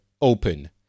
open